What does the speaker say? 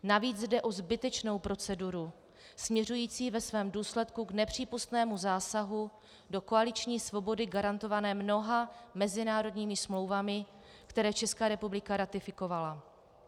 Navíc jde o zbytečnou proceduru směřující ve svém důsledku k nepřípustnému zásahu do koaliční svobody garantované mnoha mezinárodními smlouvami, které Česká republiky ratifikovala.